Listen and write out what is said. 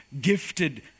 gifted